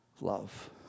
love